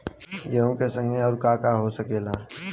गेहूँ के संगे अउर का का हो सकेला?